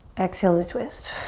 exhale to twist.